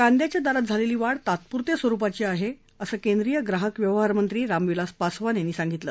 कांदयाच्या दरात झालेली वाढ तात्पूरत्या स्वरुपाची आहे असं केंद्रीय ग्राहक व्यवहार मंत्री रामविलास पासवान यांनी सांगितलं